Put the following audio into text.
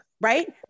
right